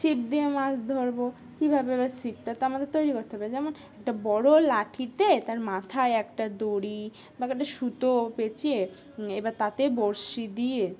ছিপ দিয়ে মাছ ধরবো কীভাবে এবার ছিপটা তো আমাদের তৈরি করতে হবে যেমন একটা বড়ো লাঠিতে তার মাথায় একটা দড়ি বা একটা সুতো পেঁচিয়ে এবার তাতে বড়শি দিয়ে